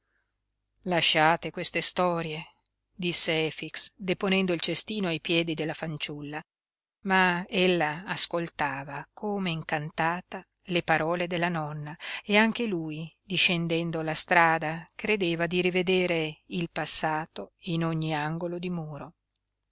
lasciate queste storie disse efix deponendo il cestino ai piedi della fanciulla ma ella ascoltava come incantata le parole della nonna e anche lui discendendo la strada credeva di rivedere il passato in ogni angolo di muro